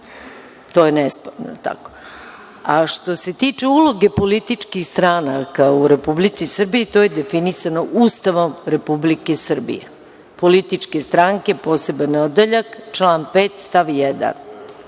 To je nesporno. Što se tiče uloge političkih stranaka u Republici Srbiji, to je definisano Ustavom Republike Srbije – političke stranke, poseban odeljak, član 5. stav 1.